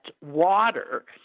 water